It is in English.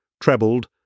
Trebled